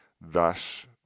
Thus